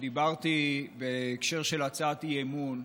כשדיברתי בהקשר של הצעת אי-אמון,